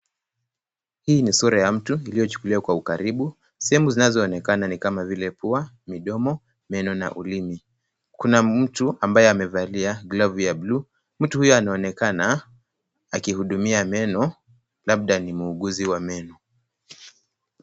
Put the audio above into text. Hii ni sura ya mtu iliyochukuliwa kwa ukaribu. Sehemu zinazoonekana ni kama vile pua, midomo, meno na ulimi. Kuna mtu ambaye amevalia glavu ya bluu. Mtu huyo anaonekana akihudumia meno labda ni muuguzi wa meno.